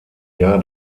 jahr